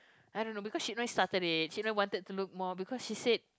I don't know because Cik Noy started it Cik Noy wanted to look more because she said